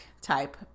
type